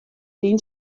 dyn